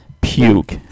puke